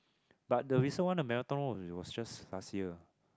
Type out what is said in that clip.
but the recent one the marathon one it was just last year